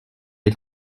les